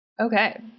Okay